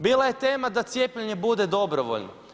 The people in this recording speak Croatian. Bila je tema da cijepljenje bude dobrovoljno.